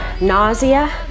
nausea